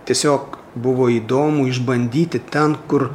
tiesiog buvo įdomu išbandyti ten kur